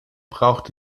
braucht